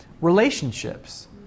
relationships